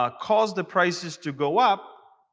ah caused the prices to go up,